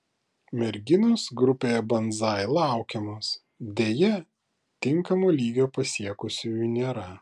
merginos grupėje banzai laukiamos deja tinkamo lygio pasiekusiųjų nėra